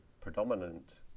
predominant